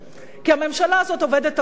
כי הממשלה הזאת עובדת הפוך: